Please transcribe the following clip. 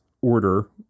order